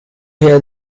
hear